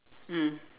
mm